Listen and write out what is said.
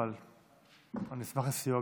אבל אני אשמח לסיוע,